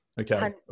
Okay